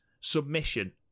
submission